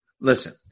Listen